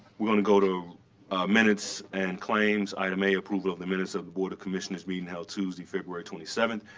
we're going to go to minutes and claims item a, approval of the minutes of the board of commissioners meeting held tuesday, february twenty seven,